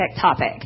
topic